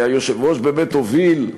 והיושב-ראש באמת הוביל,